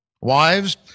Wives